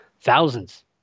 thousands